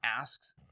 asks